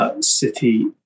City